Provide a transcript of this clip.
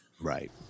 Right